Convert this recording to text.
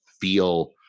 feel